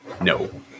no